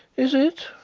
is it?